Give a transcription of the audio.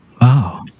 Wow